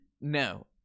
no